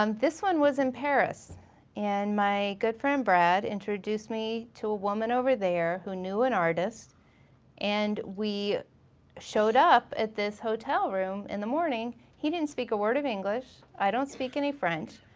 um this one was in paris and my good friend brad introduced me to a woman over there who knew an artist and we showed up at this hotel room in the morning, he didn't speak a word of english, i don't speak any french.